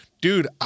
dude